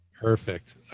Perfect